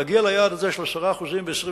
להגיע ליעד הזה של 10% ב-2020,